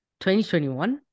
2021